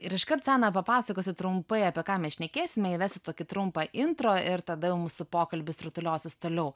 ir iškart sana papasakosiu trumpai apie ką mes šnekėsime įvesiu tokį trumpą intro ir tada jau mūsų pokalbis rutuliosis toliau